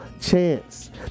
chance